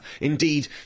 Indeed